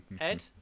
Ed